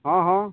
ହଁ ହଁ